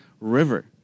river